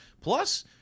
plus